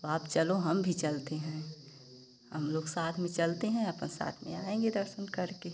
आप चलो हम भी चलते हैं हम लोग साथ में चलते हैं अपन साथ में आएंगे दर्शन करके